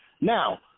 Now